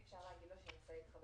תנסה לטפל אצלך